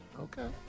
okay